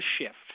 shift